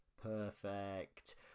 Perfect